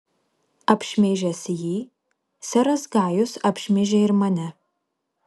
apšmeižęs jį seras gajus apšmeižė ir mane